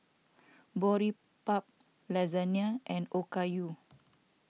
Boribap Lasagna and Okayu